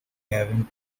having